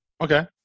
Okay